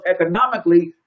economically